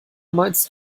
meinst